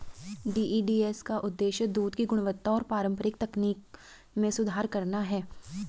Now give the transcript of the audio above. DEDS का उद्देश्य दूध की गुणवत्ता और पारंपरिक तकनीक में सुधार करना है